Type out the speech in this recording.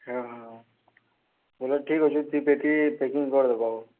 ହଁ ହଁ ବୋଲେ ଠିକ ଅଛି ଦୁଇ ପେଟି ପ୍ୟାକିଙ୍ଗ୍ କରିଦେବ ଆଉ